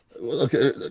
Okay